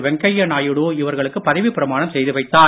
வெங்கைய நாயுடு இவர்களுக்கு பதவிப் பிரமாணம் செய்து வைத்தார்